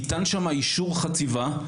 ניתן שם אישור חציבה.